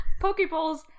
Pokeballs